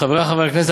חברי חברי הכנסת,